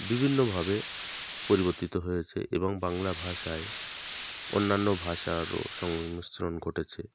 বিভিন্নভাবে পরিবর্তিত হয়েছে এবং বাংলা ভাষায় অন্যান্য ভাষারও সংমিশ্রণ ঘটেছে